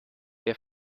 der